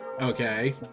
Okay